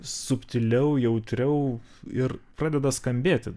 subtiliau jautriau ir pradeda skambėti